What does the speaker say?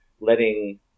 letting